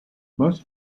most